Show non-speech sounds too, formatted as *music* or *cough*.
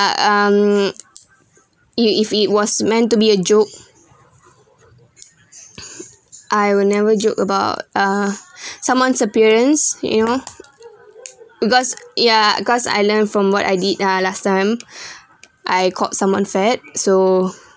ah um if if it was meant to be a joke I will never joke about uh *breath* someone's appearance you know because ya because I learned from what I did ah last time *breath* I called someone fat so